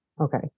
Okay